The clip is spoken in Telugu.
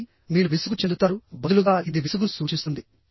కాబట్టిమీరు విసుగు చెందుతారుబదులుగా ఇది విసుగును సూచిస్తుంది